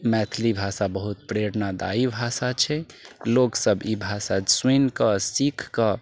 मैथिली भाषा बहुत प्रेरणादायी भाषा छै लोक सभ ई भाषा सुनिकऽ सीखकऽ